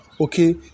okay